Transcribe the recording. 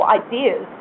ideas